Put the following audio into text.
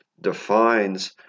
defines